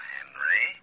Henry